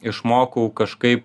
išmokau kažkaip